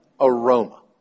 aroma